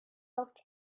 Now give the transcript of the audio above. looked